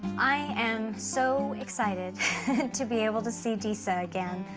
i am so excited to be able to see disa again.